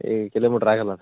ಈ ಕಿಲೋಮೀಟ್ರ್ ಆಗೋಲ್ಲ